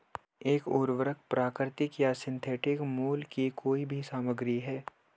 एक उर्वरक प्राकृतिक या सिंथेटिक मूल की कोई भी सामग्री है